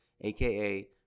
aka